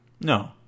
No